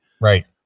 Right